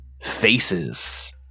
faces